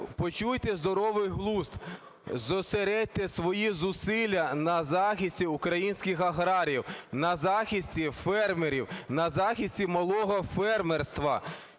Почуйте здоровий глузд. Зосередьте свої зусилля на захисті українських аграріїв, на захисті фермерів, на захисті малого фермерства.